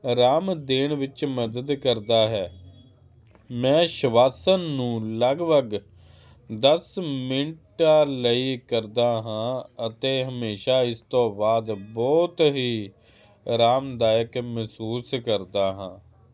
ਰਾਮ ਦੇਣ ਵਿੱਚ ਮਦਦ ਕਰਦਾ ਹੈ ਮੈਂ ਸ਼ਵਾਸਨ ਨੂੰ ਲਗਭਗ ਦੱਸ ਮਿੰਟਾਂ ਲਈ ਕਰਦਾ ਹਾਂ ਅਤੇ ਹਮੇਸ਼ਾ ਇਸ ਤੋਂ ਬਾਅਦ ਬਹੁਤ ਹੀ ਰਾਮਦਾਇਕ ਮਹਿਸੂਸ ਕਰਦਾ ਹਾਂ